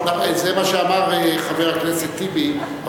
זה מה שאמר חבר הכנסת טיבי.